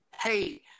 hey